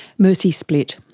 mercy splitt.